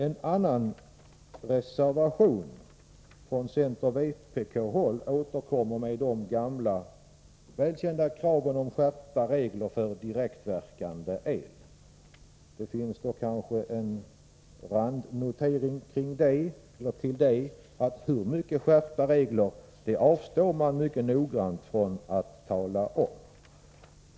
En annan reservation, från centeroch vpkhåll, återkommer med de gamla välkända kraven om skärpta regler för direktverkande el. Till detta finns en randanmärkning att göra. Hur mycket reglerna skall skärpas avstår man mycket noggrant från att tala om.